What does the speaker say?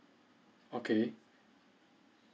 okay